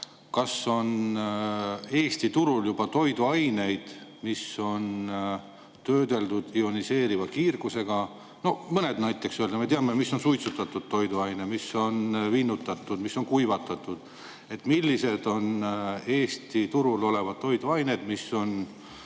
kas on Eesti turul juba toiduaineid, mida on töödeldud ioniseeriva kiirgusega? Mõned näited. Me teame, mis on suitsutatud toiduained, mis on vinnutatud, mis on kuivatatud. Millised Eesti turul olevad toiduained on